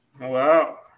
Wow